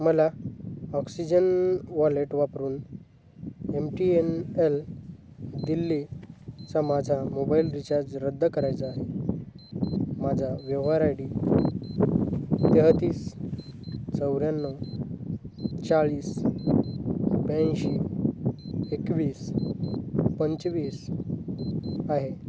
मला oxygen wallet वापरून M T N L दिल्लीचा माझा मोबाईल रिचार्ज रद्द करायचा आहे माझा व्यवहार आय डी तेहेतीस चौऱ्याण्णव चाळीस ब्याऐंशी एकवीस पंचवीस आहे